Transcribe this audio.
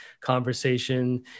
conversation